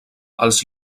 els